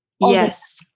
Yes